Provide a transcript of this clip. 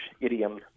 idiom